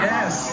Yes